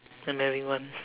I'm having one